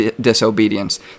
disobedience